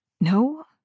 No